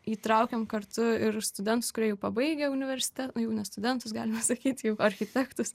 įtraukiam kartu ir studentus kurie pabaigę universitetą jau ne studentus galima sakyti jau architektus